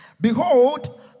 Behold